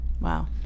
Wow